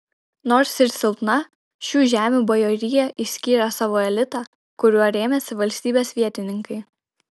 nors ir silpna šių žemių bajorija išskyrė savo elitą kuriuo rėmėsi valstybės vietininkai